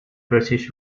british